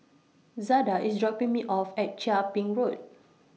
Zada IS dropping Me off At Chia Ping Road